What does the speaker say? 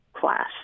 class